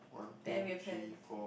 then we have ten